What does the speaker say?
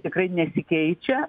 tikrai nesikeičia